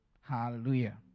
Hallelujah